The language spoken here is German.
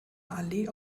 allee